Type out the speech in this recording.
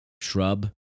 shrub